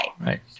Right